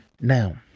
Now